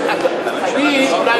יכול להיות שהממשלה